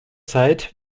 zeit